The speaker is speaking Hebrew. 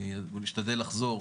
ואני אשתדל לחזור.